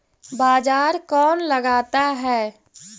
बाजार कौन लगाता है?